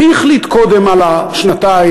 מי החליט קודם על השנתיים?